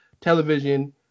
television